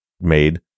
made